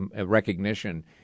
recognition